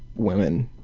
women,